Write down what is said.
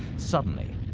suddenly,